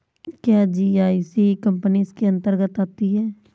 क्या GIC company इसके अन्तर्गत आती है?